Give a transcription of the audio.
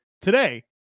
today